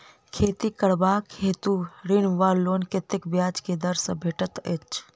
खेती करबाक हेतु ऋण वा लोन कतेक ब्याज केँ दर सँ भेटैत अछि?